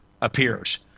appears